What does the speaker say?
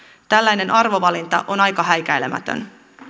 tällainen arvovalinta on aika häikäilemätön